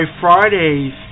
Fridays